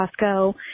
Costco